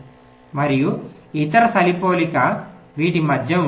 మరియు ఇతర సరిపోలిక వీటి మధ్య ఉంటుంది